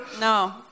No